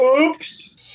Oops